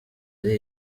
ari